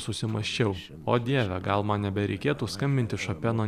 susimąsčiau o dieve gal man nebereikėtų skambinti šopeno